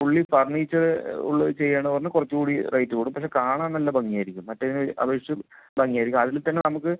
fully furniture ഉള്ളത് ചെയ്യണം എന്നു പറഞ്ഞാൽ കുറച്ചൂകൂടി റേറ്റ് കൂടും പക്ഷെ കാണാൻ നല്ല ഭംഗിയായിരിക്കും മറ്റേതിനെ അപേക്ഷിച്ചും ഭംഗിയായിരിക്കും അതില് തന്നെ നമുക്ക്